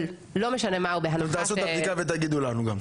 אתם תעשו את הבדיקה ותגידו לנו.